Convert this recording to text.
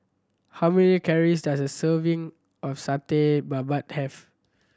how many calories does a serving of Satay Babat have